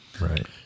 Right